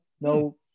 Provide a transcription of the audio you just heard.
no